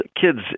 kids